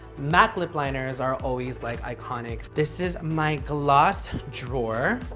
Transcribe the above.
mac lip liners are always like iconic. this is my gloss drawer.